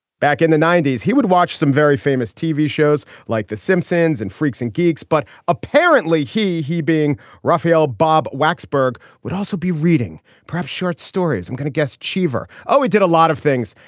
back in the ninety s, he would watch some very famous tv shows like the simpsons and freaks and geeks, but apparently he he being rafael bob wacs berg would also be reading perhaps short stories. i'm going to guess cheever. oh, he did a lot of things.